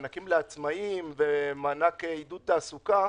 מענקים לעצמאיים ומענק עידוד תעסוקה,